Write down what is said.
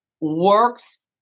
works